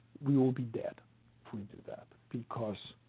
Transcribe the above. we will be dead if we did that. because